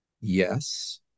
Yes